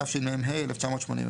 תשמ"ה-1985;